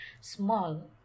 small